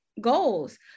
goals